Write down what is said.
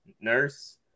Nurse